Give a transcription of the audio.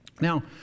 Now